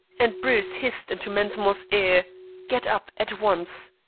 and bruce hissed into mensmore's ear get up at once.